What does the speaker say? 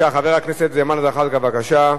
חבר הכנסת ג'מאל זחאלקה, בבקשה.